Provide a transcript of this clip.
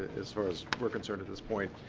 as far as we're concerned at this point